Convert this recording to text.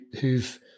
who've